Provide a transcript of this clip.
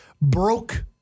broke